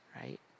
right